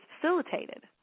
facilitated